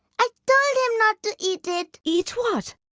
i told him not to eat it. eat what?